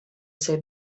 цей